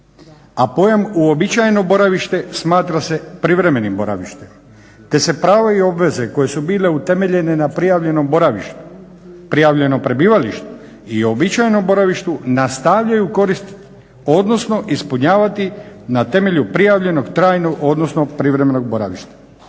a pojam uobičajeno boravište smatra se privremenim boravištem, te se prava i obveze koje su bile utemeljene na prijavljenom boravištu, prijavljeno prebivalište i uobičajenom boravištu nastavljaju koristiti, odnosno ispunjavati na temelju prijavljenog trajnog odnosno privremenog boravišta.